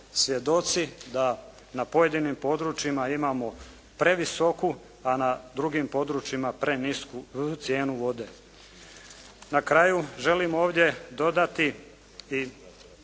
svjedoci da na pojedinim područjima imamo previsoku a na drugim područjima prenisku cijenu vode. Na kraju želim ovdje dodati i